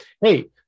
hey